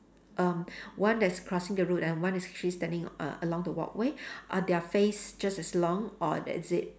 um one that's crossing the road and one is actually standing err along the walkway are their face just as long or is it